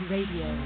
Radio